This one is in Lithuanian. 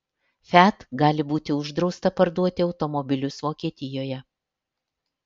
fiat gali būti uždrausta parduoti automobilius vokietijoje